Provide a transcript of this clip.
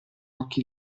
occhi